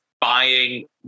buying